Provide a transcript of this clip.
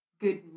Good